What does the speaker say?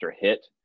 hit